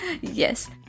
Yes